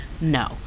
No